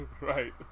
right